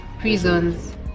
prisons